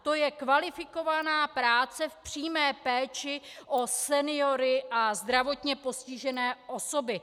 To je kvalifikovaná práce v přímé péči o seniory a zdravotně postižené osoby.